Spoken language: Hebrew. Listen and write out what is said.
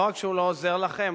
לא רק שהוא לא עוזר לכם,